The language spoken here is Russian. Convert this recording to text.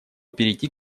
перейти